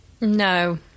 no